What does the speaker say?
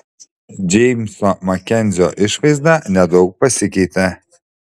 džeimso makenzio išvaizda nedaug pasikeitė